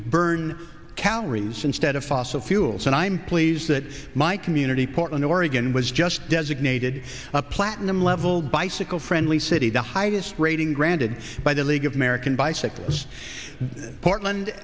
burn calories instead of fossil fuels and i'm pleased that my community portland oregon was just designated a platinum level bicycle friendly city the highest rating granted by the league of american bicyclists portland